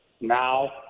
now